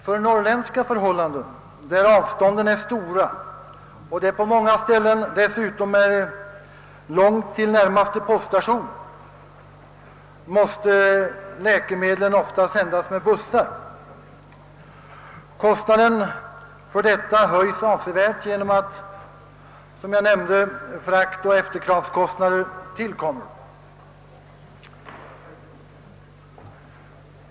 För norrländska förhållanden, där avstånden är stora och där det på många platser dessutom är långt till närmaste poststation, måste läkemedlen ofta sändas med bussar. Kostnaden härför höjes avsevärt genom att, som jag nämnde, fraktoch efterkravskostnader tillkommer.